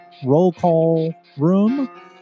RollCallRoom